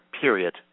period